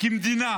מדינה